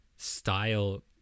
style